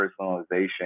personalization